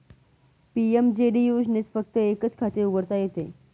PMJD योजनेत फक्त एकच खाते उघडता येते